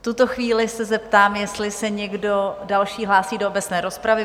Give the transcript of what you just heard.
V tuto chvíli se zeptám, jestli se někdo další hlásí do obecné rozpravy?